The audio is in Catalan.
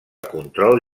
control